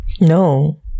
no